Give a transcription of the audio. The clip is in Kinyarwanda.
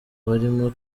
barimo